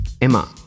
Emma